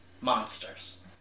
monsters